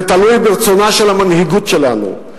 זה תלוי ברצונה של המנהיגות שלנו.